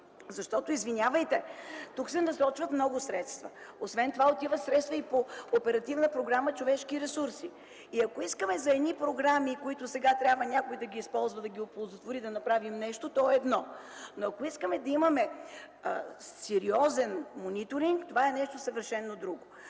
Защото, извинявайте, тук се насочват много средства. Освен това, отиват средства и по Оперативна програма „Човешки ресурси”. Ако искаме за едни програми, които сега трябва някой да използва, за да ги оползотвори, да направим нещо, то е едно, но ако искаме да имаме сериозен мониторинг, това е нещо съвършено друго.